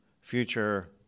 future